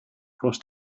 cross